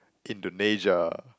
Indonesia